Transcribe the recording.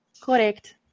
Correct